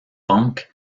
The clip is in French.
punk